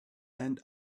and